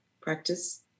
practice